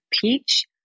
peach